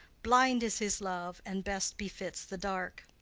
blind is his love and best befits the dark.